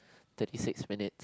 thirty six minutes